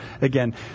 again